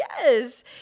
Yes